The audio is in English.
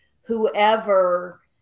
whoever